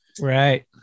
Right